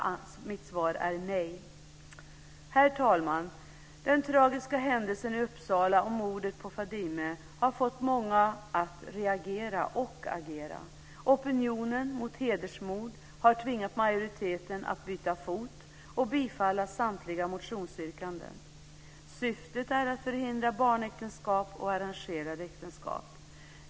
Mitt svar är nej. Herr talman! Den tragiska händelsen i Uppsala och mordet på Fadime har fått många att reagera och agera. Opinionen mot hedersmord har tvingat majoriteten att byta fot och bifalla samtliga motionsyrkanden. Syftet är att förhindra barnäktenskap och arrangerade äktenskap.